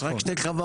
יש רק שתי חברות.